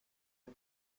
her